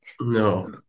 No